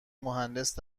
مهندس